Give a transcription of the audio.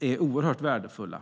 är oerhört värdefulla.